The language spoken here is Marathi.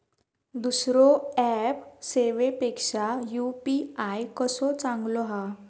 दुसरो ऍप सेवेपेक्षा यू.पी.आय कसो चांगलो हा?